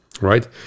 right